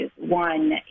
One